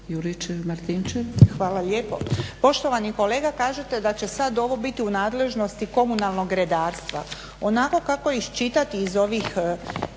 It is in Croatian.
Branka (HDZ)** Hvala lijepo. Poštovani kolega kažete da će sada ovo biti u nadležnosti komunalnog redarstva. Onako kako iščitati iz ovih